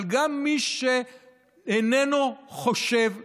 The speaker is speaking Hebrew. אבל גם מי שאיננו חושב כמוני,